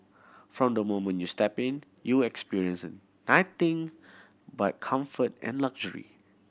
from the moment you step in you will experience nothing but comfort and luxury